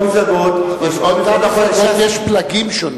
יש עוד מפלגות, יש פלגים שונים.